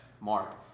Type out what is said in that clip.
mark